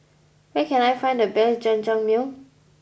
where can I find the best Jajangmyeon